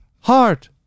heart